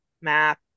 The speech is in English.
map